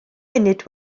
munud